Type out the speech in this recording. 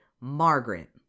Margaret